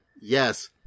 Yes